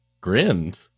Grinned